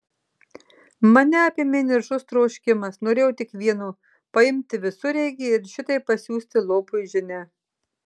mane apėmė niršus troškimas norėjau tik vieno paimti visureigį ir šitaip pasiųsti lopui žinią